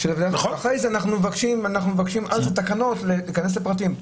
אחר כך אנחנו מבקשים בתקנות להיכנס לפרטים.